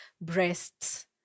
breasts